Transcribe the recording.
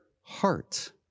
heart